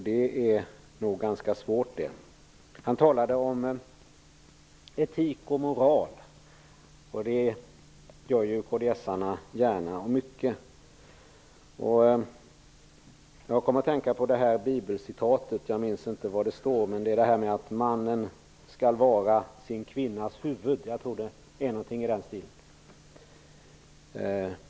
Det är nog ganska svårt, det. Han talade om etik och moral; det gör ju kds:arna gärna och mycket. Jag kom att tänka på ett bibelcitat om att mannen skall vara sin kvinnas huvud eller någonting sådant.